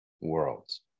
worlds